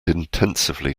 intensely